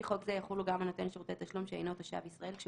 "תחולה על נותן שירותי תשלום שאינו תושב ישראל 47.ההוראות